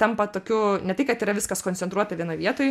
tampa tokiu ne tai kad yra viskas koncentruota vienoj vietoj